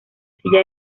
silla